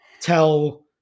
tell